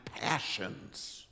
passions